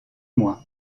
mois